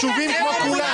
הם חשובים כמו כולם.